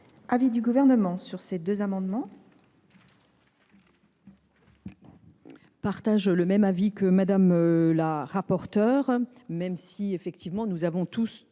l’avis du Gouvernement sur ces deux amendements ?